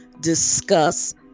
discuss